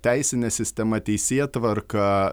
teisinė sistema teisėtvarka